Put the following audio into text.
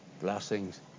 blessings